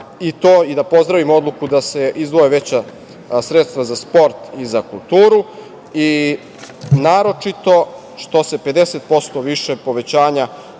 da pozdravim odluku da se izdvoje veća sredstva za sport i za kulturu, naročito što će biti 50% viće povećanje